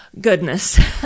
Goodness